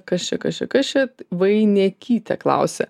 kas čia kas čia kas čia vainekytė klausia